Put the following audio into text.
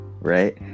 right